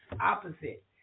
opposite